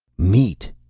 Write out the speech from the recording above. meat!